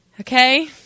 Okay